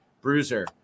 Bruiser